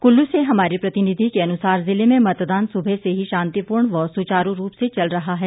कुल्लू से हमारे प्रतिनिधी के अनुसार जिले में मतदान सुबह से ही शांतिपूर्ण व सुचारू रूप से चल रहा है